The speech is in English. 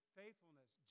faithfulness